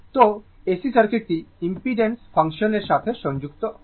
সুতরাং AC সার্কিটটি impedance function এর সাথে সংযুক্ত হয়